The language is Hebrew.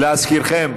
להזכירכם,